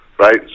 right